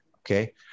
Okay